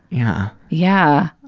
yeah. yeah.